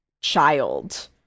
child